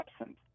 absence